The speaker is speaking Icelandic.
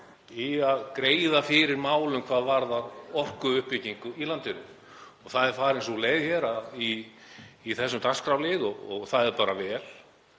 í að greiða fyrir málum hvað varðar orkuuppbyggingu í landinu. Það er farin sú leið hér í þessum dagskrárlið og það er bara vel.